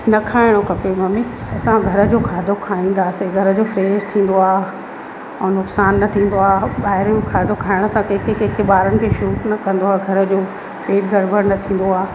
न खाइणो खपे ममी असां घर जो खाधो खाईंदासीं घर जो फ्रेश थींदो आहे ऐं नुक़सान बि न थींदो आहे ॿाहिरों खाधो खाइण सां कंहिंखे कंहिंखे ॿारनि खे सूट न कंदो आहे घर जो पेट गड़िबड़ि न कंदो आहे